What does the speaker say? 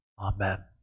Amen